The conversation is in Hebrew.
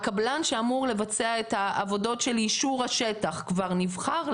הקבלן שאמור לבצע את העבודות של יישור השטח כבר נבחר?